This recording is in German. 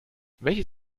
welches